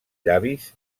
llavis